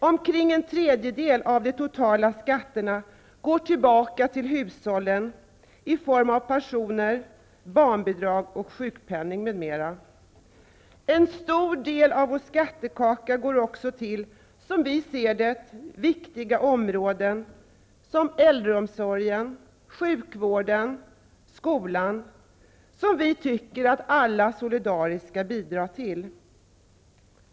Omkring en tredjedel av de totala skatterna går tillbaka till hushållen i form av pensioner, barnbidrag, sjukpenning m.m. En stor del av skattekakan går också till, som vi ser det, viktiga områden såsom äldreomsorgen, sjukvården och skolan, vilka vi tycker att alla solidariskt skall bidra till.